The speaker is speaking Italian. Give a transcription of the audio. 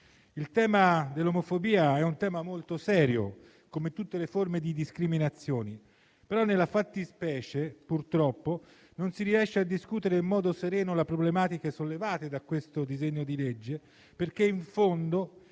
il tema dell'omofobia è molto serio, come tutte le forme di discriminazione, ma nella fattispecie non si riesce purtroppo a discutere in modo sereno le problematiche sollevate da questo disegno di legge perché, in fondo,